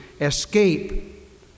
escape